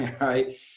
right